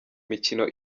mikino